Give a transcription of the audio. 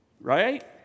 Right